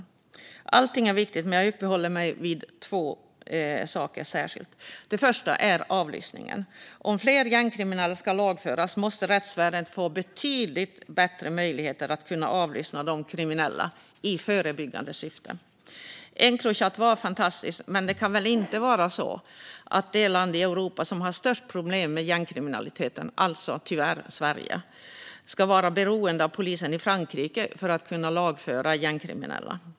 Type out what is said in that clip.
Allting är viktigt, men jag ska särskilt uppehålla mig vid två åtgärder. Den första är avlyssningen. Om fler gängkriminella ska lagföras måste rättsväsendet få betydligt bättre möjligheter att avlyssna de kriminella, även i förebyggande syfte. Encrochat var fantastiskt, men det kan väl inte vara så att det land i Europa som har störst problem med gängkriminalitet - alltså tyvärr Sverige - ska vara beroende av polisen i Frankrike för att kunna lagföra gängkriminella?